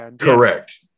Correct